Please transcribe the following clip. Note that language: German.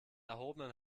erhobenen